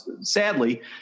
sadly